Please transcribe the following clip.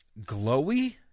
Glowy